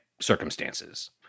circumstances